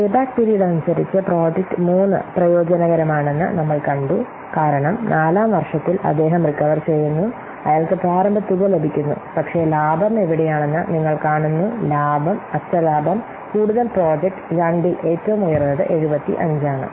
പേ back period അനുസരിച്ച് project 3 പ്രയോജനകരമാണെന്ന് നമ്മൾ കണ്ടു കാരണം നാലാം വർഷത്തിൽ അദ്ദേഹം റീകവർ ചെയ്യുന്നു അയാൾക്ക് പ്രാരംഭ തുക ലഭിക്കുന്നു പക്ഷേ ലാഭം എവിടെയാണെന്ന് നിങ്ങൾ കാണുന്നു ലാഭം അറ്റ ലാഭം കൂടുതൽ പ്രോജക്റ്റ് 2 ൽ ഏറ്റവും ഉയർന്നത് 75 ആണ്